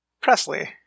Presley